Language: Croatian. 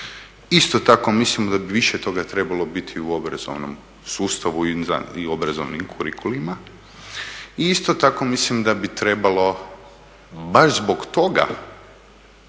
Isto tako mislim da bi više toga trebalo biti u obrazovnom sustavu i obrazovnim kurikulima i isto tako mislim da bi trebalo baš zbog toga